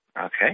Okay